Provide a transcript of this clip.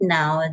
now